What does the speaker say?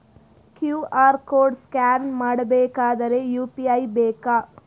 QR code scan ಮಾಡಬೇಕಾದರೆ UPI ಬೇಕಾ?